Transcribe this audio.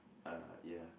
uh ya